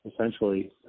essentially